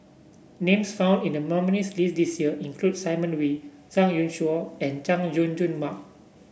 names found in the nominees' list this year include Simon Wee Zhang Youshuo and Chay Jung Jun Mark